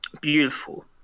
beautiful